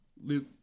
Luke